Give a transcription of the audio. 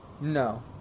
No